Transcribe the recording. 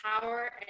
power